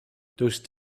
those